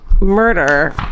murder